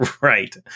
Right